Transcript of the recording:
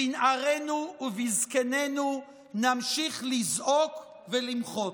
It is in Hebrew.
בנערינו ובזקנינו נמשיך לזעוק ולמחות.